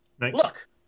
Look